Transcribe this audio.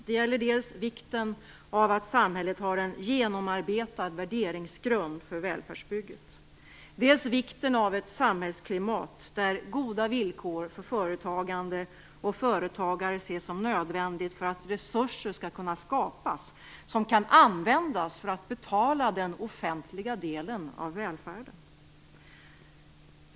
Dels gäller det vikten av att samhället har en genomarbetad värderingsgrund för välfärdsbygget. Dels gäller det vikten av ett samhällsklimat där goda villkor för företagande och företagare ses som nödvändigt för att resurser skall kunna skapas som kan användas för att betala den offentliga delen av välfärden.